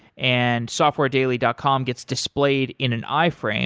and softwaresdaily dot com gets displayed in an i-frame